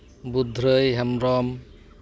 ᱵᱩᱫᱽᱫᱷᱨᱟᱹᱭ Hembrom